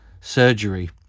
surgery